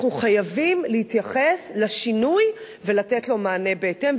אנחנו חייבים להתייחס לשינוי ולתת לו מענה בהתאם.